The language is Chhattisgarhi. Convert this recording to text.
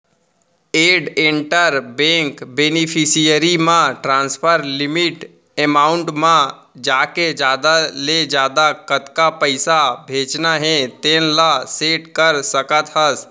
एड इंटर बेंक बेनिफिसियरी म ट्रांसफर लिमिट एमाउंट म जाके जादा ले जादा कतका पइसा भेजना हे तेन ल सेट कर सकत हस